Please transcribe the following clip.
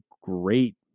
great